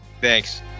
Thanks